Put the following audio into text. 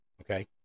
Okay